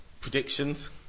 predictions